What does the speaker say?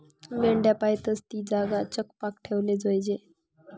मेंढ्या पायतस ती जागा चकपाक ठेवाले जोयजे